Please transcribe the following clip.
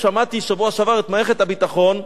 שמעתי בשבוע שעבר את מערכת הביטחון,